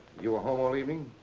you were home all evening?